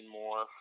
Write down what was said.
more